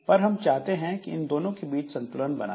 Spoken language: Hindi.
पर हम चाहते हैं कि इन दोनों के बीच संतुलन बना रहे